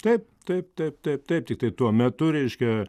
taip taip taip taip taip tiktai tuo metu reiškia